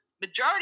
majority